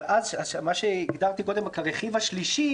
אבל מה שהגדרתי קודם כרכיב השלישי